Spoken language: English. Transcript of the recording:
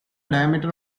diameter